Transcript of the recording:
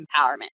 empowerment